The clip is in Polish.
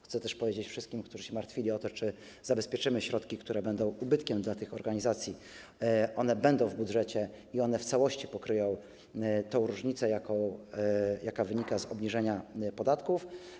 Chcę też powiedzieć wszystkim, którzy martwili się o to, czy zabezpieczymy środki, które będą ubytkiem dla tych organizacji: te środki będą w budżecie i w całości pokryją tę różnicę, jaka wynika z obniżenia podatków.